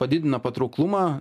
padidina patrauklumą